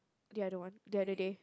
the other one the other day